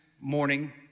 morning